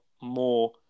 more